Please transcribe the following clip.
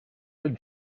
been